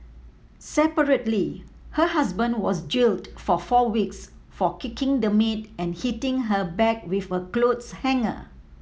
separately her husband was jailed for four weeks for kicking the maid and hitting her back with a clothes hanger